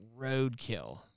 roadkill